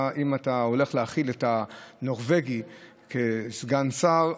אם אתה הולך להחיל את הנורבגי כסגן שר,